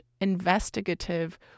investigative